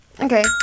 Okay